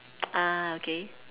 okay